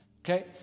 okay